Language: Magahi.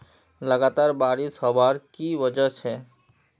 लगातार बारिश होबार की वजह छे?